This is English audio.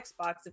Xbox